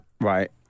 Right